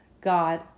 God